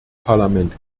parlament